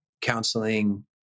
counseling